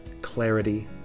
clarity